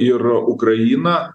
ir ukraina